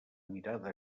mirada